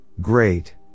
great